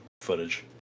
footage